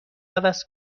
عوض